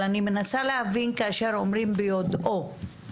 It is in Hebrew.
אני מנסה להבין כאשר אומרים "ביודעו".